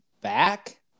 back